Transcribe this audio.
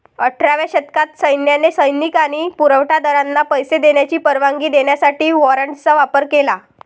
अठराव्या शतकात सैन्याने सैनिक आणि पुरवठा दारांना पैसे देण्याची परवानगी देण्यासाठी वॉरंटचा वापर केला